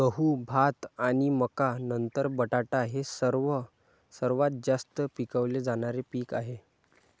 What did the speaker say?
गहू, भात आणि मका नंतर बटाटा हे सर्वात जास्त पिकवले जाणारे पीक आहे